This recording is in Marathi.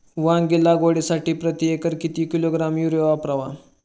वांगी लागवडीसाठी प्रती एकर किती किलोग्रॅम युरिया वापरावा?